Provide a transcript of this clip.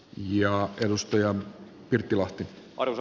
jaottelusta ja pirttilahti arto